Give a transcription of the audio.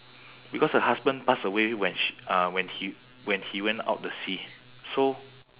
because her husband pass away when sh~ uh when he when he went out the sea so